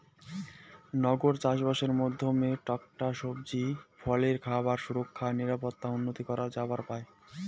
নগর চাষবাসের মাধ্যমে টাটকা সবজি, ফলে খাবার সুরক্ষা ও নিরাপত্তা উন্নতি করা যাবার পায়